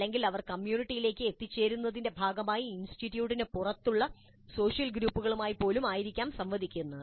അല്ലെങ്കിൽ അവർ കമ്മ്യൂണിറ്റിയിലേക്ക് എത്തിച്ചേരുന്നതിന്റെ ഭാഗമായി ഇൻസ്റ്റിറ്റ്യൂട്ടിന് പുറത്തുള്ള സോഷ്യൽ ഗ്രൂപ്പുകളുമായി പോലും ആയിരിക്കാം സംവദിക്കുക